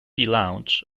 lounge